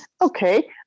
okay